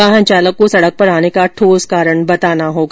वाहन चालक को सड़क पर आने का ठोस कारण बताना होगा